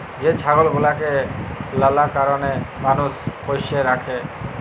যে ছাগল গুলাকে লালা কারলে মালুষ পষ্য রাখে